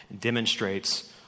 demonstrates